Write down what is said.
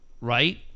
right